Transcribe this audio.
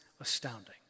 astounding